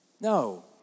No